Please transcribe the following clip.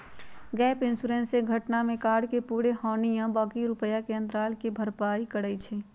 gap insurance से घटना में कार के पूरे हानि आ बाँकी रुपैया के अंतराल के भरपाई करइ छै